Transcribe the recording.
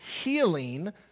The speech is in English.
healing